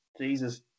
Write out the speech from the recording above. Jesus